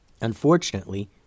Unfortunately